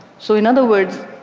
so, in other words,